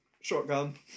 shotgun